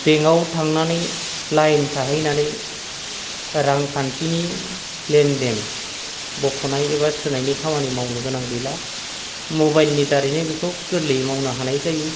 बेंकाव थांनानै लायन थाहैनानै रांखान्थिनि लेनदेन बख'नाय एबा सोनायनि खामानि मावनो गोनां गैला मबाइल नि दारैनो बेखौ गोरलैयै मावनो हानाय जायो